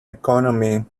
economy